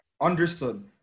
Understood